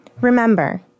Remember